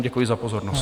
Děkuji za pozornost.